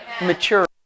Mature